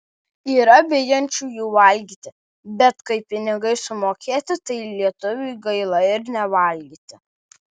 yra bijančiųjų valgyti bet kai pinigai sumokėti tai lietuviui gaila ir nevalgyti